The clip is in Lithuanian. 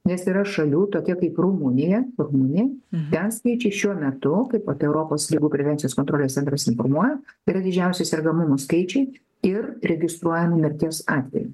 nes yra šalių tokia kaip rumunija rumunija ten skaičiai šiuo metu kaip apie europos ligų prevencijos kontrolės centras informuoja yra didžiausi sergamumo skaičiai ir registruojama mirties atvejų